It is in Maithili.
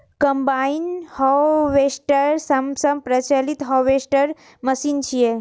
कंबाइन हार्वेस्टर सबसं प्रचलित हार्वेस्टर मशीन छियै